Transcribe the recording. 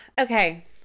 okay